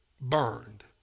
burned